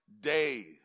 day